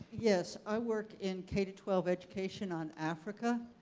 yes. i work in k twelve education on africa.